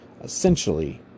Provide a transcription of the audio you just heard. essentially